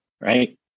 Right